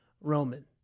Roman